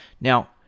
Now